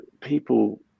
people